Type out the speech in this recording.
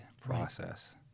process